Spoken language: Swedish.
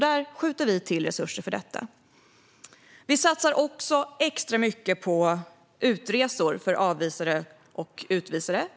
Vi skjuter till resurser för detta. Vi satsar också extra mycket på utresor för avvisade och utvisade.